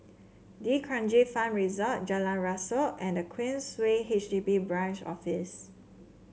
D'Kranji Farm Resort Jalan Rasok and the Queensway H D B Branch Office